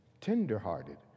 tenderhearted